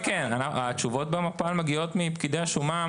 כן, כן, התשובות במפ"ל מגיעות מפקידי השומה.